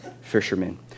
fishermen